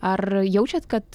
ar jaučiat kad